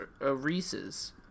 Reese's